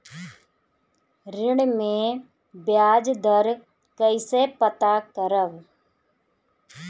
ऋण में बयाज दर कईसे पता करब?